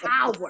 power